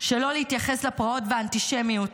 שלא להתייחס לפרעות והאנטישמיות